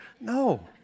No